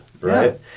Right